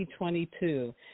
2022